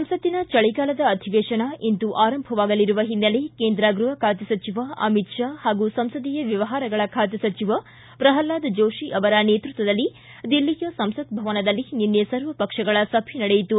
ಸಂಸತ್ತಿನ ಚಳಗಾಲದ ಅಧಿವೇತನ ಇಂದು ಆರಂಭವಾಗಲಿರುವ ಹಿನ್ನೆಲೆ ಕೇಂದ್ರ ಗೃಹ ಖಾತೆ ಸಚಿವ ಅಮಿತ್ ಶಾ ಹಾಗೂ ಸಂಸದೀಯ ವ್ಯವಹಾರಗಳ ಖಾತೆ ಸಚಿವ ಪ್ರಲ್ವಾದ ಜೋತಿ ಅವರ ನೇತೃತ್ವದಲ್ಲಿ ದಿಲ್ಲಿಯ ಸಂಸತ್ತ ಭವನದಲ್ಲಿ ನಿನ್ನೆ ಸರ್ವಪಕ್ಷಗಳ ಸಭೆ ನಡೆಯಿತು